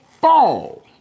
fall